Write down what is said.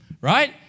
Right